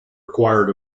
acquired